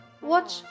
watch